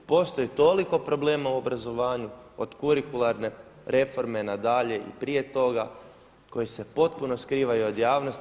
Postoji toliko problema u obrazovanju od kurikularne reforme na dalje i prije toga koji se potpuno skrivaju od javnosti.